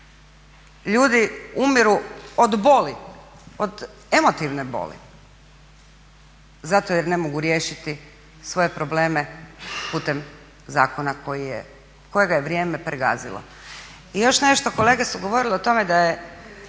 Ljudi umiru od boli, od emotivne boli zato jer ne mogu riješiti svoje probleme putem zakona kojega je vrijeme pregazilo. I još nešto, kolege su govorile o tome da su